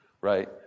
Right